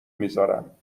میذارم